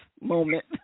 moment